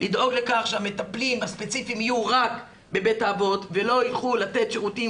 לדאוג לכך שהמטפלים הספציפיים יהיו רק בבית האבות ולא ילכו לתת שירותים